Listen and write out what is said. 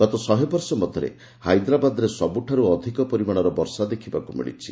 ଗତ ଶହେବର୍ଷ ମଧ୍ୟରେ ହାଇଦ୍ରାବାଦ୍ରେ ସବୁଠାରୁ ଅଧିକ ପରିମାଣର ବର୍ଷା ଦେଖିବାକୁ ମିଳିଛି